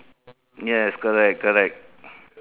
yes correct correct